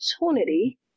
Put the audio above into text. opportunity